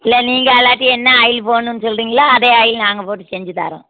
இல்லை நீங்கள் அல்லாட்டி என்ன ஆயில் போடணுன்னு சொல்கிறீங்களோ அதே ஆயில் நாங்கள் போட்டு செஞ்சுத் தரோம்